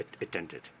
attended